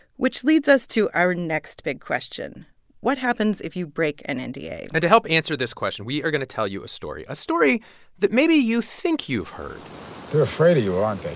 which leads us to our next big question what happens if you break an and nda? and to help answer this question, we are going to tell you a story, a story that maybe you think you've heard they're afraid of you, aren't they?